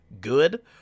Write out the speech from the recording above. good